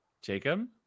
Jacob